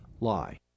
lie